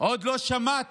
עוד לא שמעתי